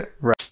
Right